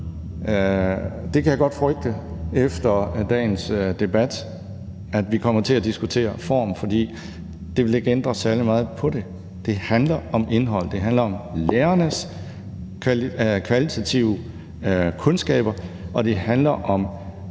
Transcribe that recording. Det kan jeg godt frygte efter dagens debat, altså at vi kommer til at diskutere form, for det vil ikke ændre særlig meget på det. Det handler om indhold, det handler om lærernes kvalitative kundskaber, og det handler om,